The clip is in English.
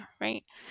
right